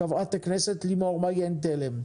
חברת הכנסת לימור מגן תלם.